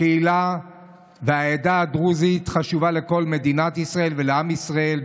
הקהילה והעדה הדרוזית חשובה לכל מדינת ישראל ולעם ישראל.